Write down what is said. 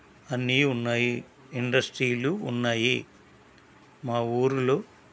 అన్నీ ఉన్నాయి ఇండస్ట్రీలు ఉన్నాయి మా ఊరులో